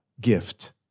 gift